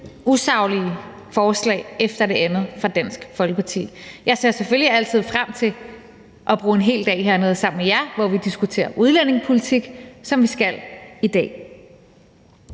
usaglige forslag efter det andet fra Dansk Folkeparti. Jeg ser selvfølgelig altid frem til at bruge en hel dag hernede sammen med jer, hvor vi diskuterer udlændingepolitik, som vi skal i dag.